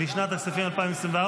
לשנת הכספים 2024,